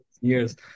years